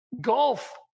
golf